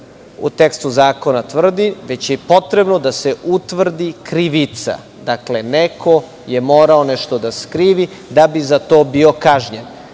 u tekstu zakona tvrdi, već je potrebno da se utvrdi krivica. Neko je morao nešto da skrivi da bi za to bio kažnjen